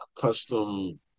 custom